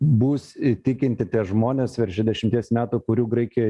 bus įtikinti tie žmonės virš šešiasdešimties metų kurių graikijoj